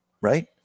right